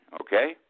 okay